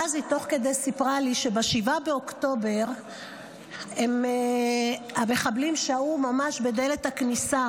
ואז תוך כדי סיפרה לי שב-7 באוקטובר המחבלים שהו ממש בדלת הכניסה,